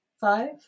five